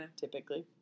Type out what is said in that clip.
typically